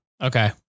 okay